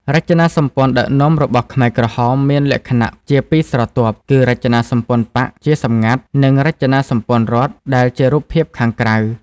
រចនាសម្ព័ន្ធដឹកនាំរបស់ខ្មែរក្រហមមានលក្ខណៈជាពីរស្រទាប់ គឺរចនាសម្ព័ន្ធបក្ស (ជាសម្ងាត់) និងរចនាសម្ព័ន្ធរដ្ឋ (ដែលជារូបភាពខាងក្រៅ)។